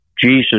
Jesus